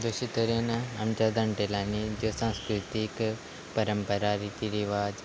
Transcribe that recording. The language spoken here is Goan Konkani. जशे तरेन आमच्या जाण्टेल्यांनी ज्यो सांस्कृतीक परंपरा रिती रिवाज